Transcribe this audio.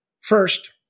First